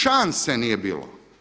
Šanse nije bilo.